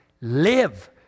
live